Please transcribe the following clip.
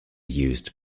used